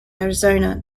arizona